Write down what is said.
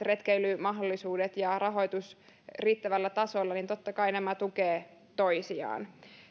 retkeilymahdollisuudet ja rahoitus riittävällä tasolla niin totta kai nämä tukevat toisiaan